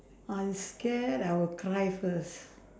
I scared I will cry first